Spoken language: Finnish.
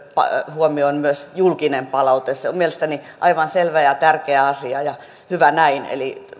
huomioon myös julkinen palaute se on mielestäni aivan selvä ja tärkeä asia ja hyvä näin eli